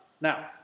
Now